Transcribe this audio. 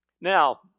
Now